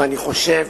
ואני חושב